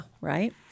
right